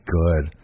good